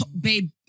babe